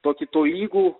tokį tolygų